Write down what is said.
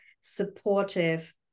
supportive